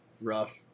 rough